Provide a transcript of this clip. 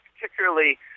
particularly